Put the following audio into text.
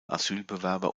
asylbewerber